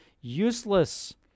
useless